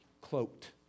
Cloaked